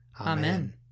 Amen